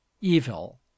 evil